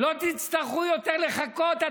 לא תצטרכו יותר לחכות,